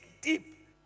deep